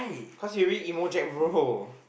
cause he already emo Jack bro